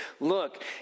look